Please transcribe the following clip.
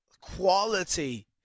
quality